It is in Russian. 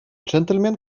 джентльмен